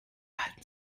halten